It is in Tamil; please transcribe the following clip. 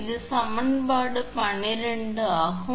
இது சமன்பாடு 12 ஆகும்